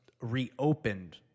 reopened